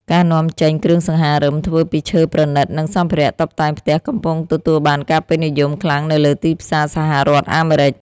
ការនាំចេញគ្រឿងសង្ហារឹមធ្វើពីឈើប្រណីត និងសម្ភារតុបតែងផ្ទះកំពុងទទួលបានការពេញនិយមខ្លាំងនៅលើទីផ្សារសហរដ្ឋអាមេរិក។